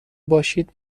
باشید